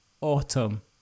autumn